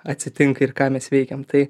atsitinka ir ką mes veikiam tai